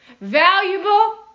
valuable